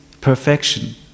perfection